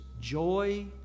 joy